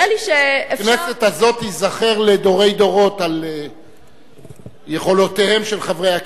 הכנסת הזאת תיזכר לדורי דורות על יכולותיהם של חברי הכנסת.